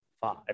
Five